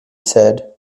said